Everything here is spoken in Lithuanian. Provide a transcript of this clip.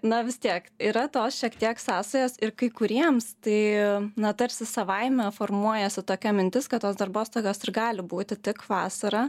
na vis tiek yra tos šiek tiek sąsajos ir kai kuriems tai na tarsi savaime formuojasi tokia mintis kad tos darbostogos ir gali būti tik vasarą